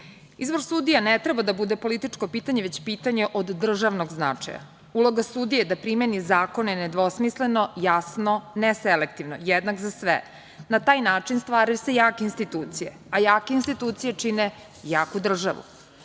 Izbor sudija ne treba da bude političko pitanje, već pitanje od državnog značaja. Uloga sudije je da primeni zakone nedvosmisleno, jasno, neselektivno, jednak za sve. Na taj način stvaraju se jake institucije, a jake institucije čine jaku državu.